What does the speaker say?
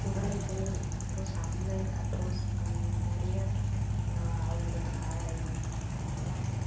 குவளைகள் அப்புறம் டம்ளர் அப்புறம் நிறைய அவர்களுக்கு ஆடை அப்புறம்